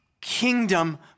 kingdom